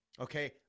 Okay